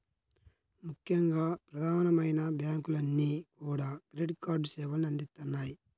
ముఖ్యంగా ప్రధానమైన బ్యాంకులన్నీ కూడా క్రెడిట్ కార్డు సేవల్ని అందిత్తన్నాయి